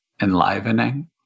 enlivening